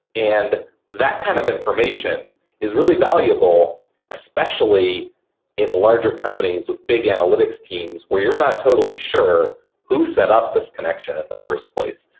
and that kind of information is really valuable especially in larger companies with big analytics teams where you're not totally sure who set up this connection in the first place.